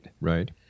Right